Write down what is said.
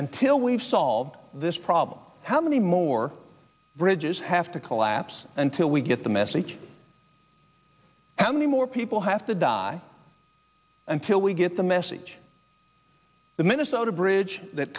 we've solved this problem how many more bridges have to collapse until we get the message how many more people have to die until we get the message the minnesota bridge that